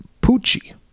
Pucci